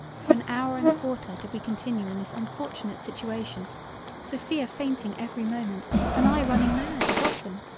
for an hour and a quarter did we continue in this unfortunate situation sophia fainting every moment and i running mad as often.